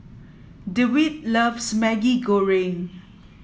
Dewitt loves Maggi Goreng